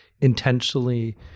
intentionally